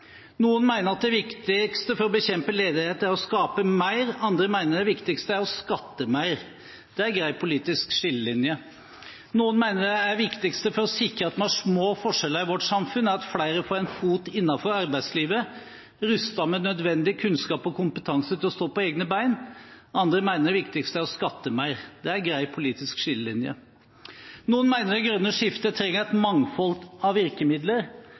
å skape mer, andre mener at det viktigste er å skatte mer. Det er en grei politisk skillelinje. Noen mener at det viktigste for å sikre at vi har små forskjeller i vårt samfunn, er at flere får en fot innenfor arbeidslivet, rustet med nødvendig kunnskap og kompetanse til å stå på egne bein. Andre mener det viktigste er å skatte mer. Det er en grei politisk skillelinje. Noen mener det grønne skiftet trenger et mangfold av virkemidler,